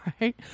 Right